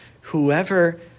whoever